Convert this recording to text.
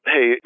Hey